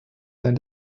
and